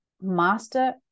master